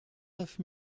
neuf